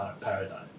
paradigm